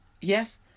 yes